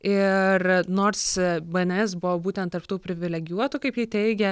ir nors bns buvo būtent tarp tų privilegijuotų kaip ji teigia